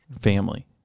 family